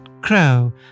crow